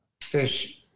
fish